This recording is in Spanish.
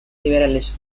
liberales